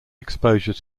exposure